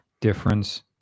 Difference